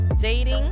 dating